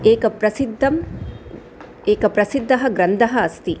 एकः प्रसिद्धः एकः प्रसिद्धः ग्रन्थः अस्ति